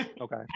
Okay